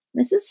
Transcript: Mrs